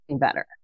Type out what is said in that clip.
better